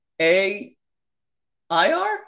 A-I-R